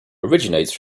originates